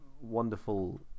wonderful